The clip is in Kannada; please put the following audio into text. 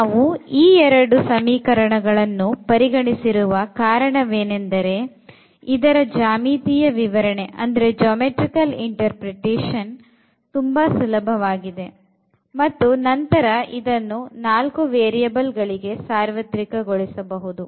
ನಾವು ಈ 2 ಸಮೀಕರಣಗಳನ್ನು ಪರಿಗಣಿಸಿರುವ ಕಾರಣ ಏನೆಂದರೆ ಇದರ ಜ್ಯಾಮಿತೀಯ ವಿವರಣೆಯು ಕೂಡ ತುಂಬಾ ಸುಲಭವಾಗಿರುತ್ತದೆ ಮತ್ತು ನಂತರ ಇದನ್ನು 4 ವೇರಿಯಬಲ್ ಗಳಿಗೆ ಸಾರ್ವತ್ರಿಕ ಗೊಳಿಸಬಹುದು